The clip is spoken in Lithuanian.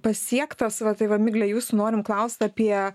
pasiektas va tai va migle jūsų norim klaust apie